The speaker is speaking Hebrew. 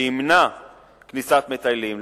שימנע כניסת מטיילים,